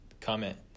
comment